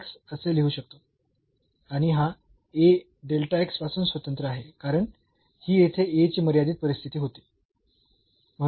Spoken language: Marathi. तर ला आपण असे लिहू शकतो आणि हा A पासून स्वतंत्र आहे कारण ही येथे A ची मर्यादित परिस्थिती होती